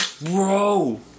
bro